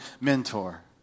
mentor